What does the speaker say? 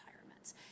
retirements